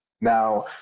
Now